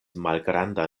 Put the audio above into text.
malgranda